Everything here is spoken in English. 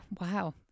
Wow